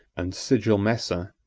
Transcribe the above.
and segelmessa,